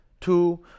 two